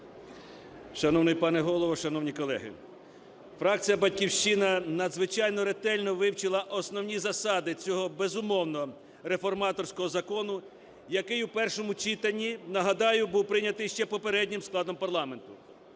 Шановний пане Голово, шановні колеги! Фракція "Батьківщина" надзвичайно ретельно вивчила основні засади цього, безумовно, реформаторського закону, який в першому читанні, нагадаю, був прийнятий ще попереднім складом парламенту.